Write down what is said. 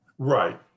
Right